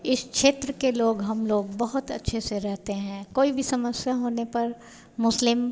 इस क्षेत्र के लोग हम लोग बहुत अच्छे से रहते हैं कोई भी समस्या होने पर मुस्लिम